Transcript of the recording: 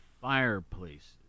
fireplaces